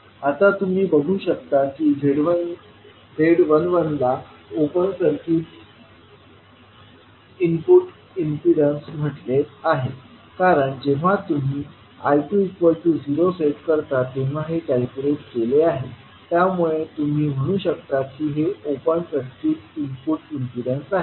तर आता तुम्ही बघू शकता की z11 ला ओपन सर्किट इनपुट इम्पीडन्स म्हटले आहे कारण जेव्हा तुम्ही I20 सेट करता तेव्हा हे कॅल्क्युलेट केले आहे त्यामुळे तुम्ही म्हणू शकता की हे ओपन सर्किट इनपुट इम्पीडन्स आहे